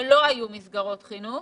כשלא היו במסגרות חינוך